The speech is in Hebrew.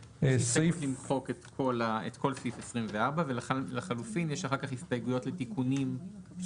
למחוק את כל סעיף 24 ולחילופין יש אחר כך הסתייגויות לתיקונים.